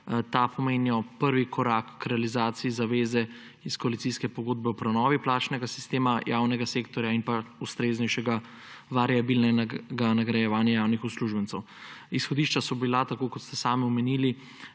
Ta pomenijo prvi korak k realizaciji zaveze iz koalicijske pogodbe o prenovi plačnega sistema javnega sektorja in ustreznejšega variabilnega nagrajevanja javnih uslužbencev. Izhodišča so bila, tako kot ste sami omenili,